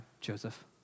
Joseph